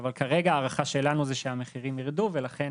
אבל כרגע ההערכה שלנו זה שהמחירים יירדו ולכן